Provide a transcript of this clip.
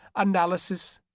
analysis,